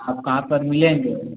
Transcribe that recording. आप कहाँ पर मिलेंगे